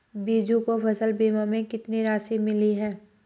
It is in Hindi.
बीजू को फसल बीमा से कितनी राशि मिली है?